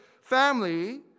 family